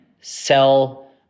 sell